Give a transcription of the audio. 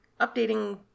updating